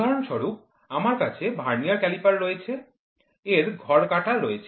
উদাহরণস্বরূপ আমার কাছে ভার্নিয়ার ক্যালিপার রয়েছে এর ঘর কাটা রয়েছে